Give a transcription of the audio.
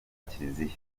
kiliziya